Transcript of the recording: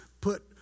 put